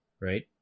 right